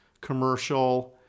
commercial